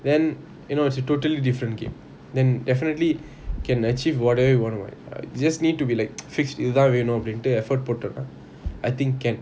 then you know it's a totally different game then definitely can achieve whatever you wanna work on you just need to be like fixed இது தான் வேணும்னு:ithu thaan venumnu effort போட்டன:potona I think can